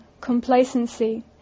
complacency